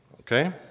Okay